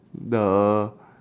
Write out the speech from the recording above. the